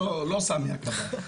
לא סמי הכבאי.